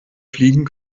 fliegen